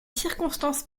circonstances